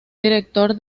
director